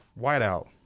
Whiteout